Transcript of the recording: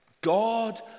God